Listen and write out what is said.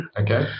Okay